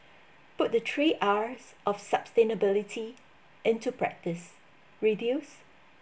put the three R_ s of sustainability into practice reduce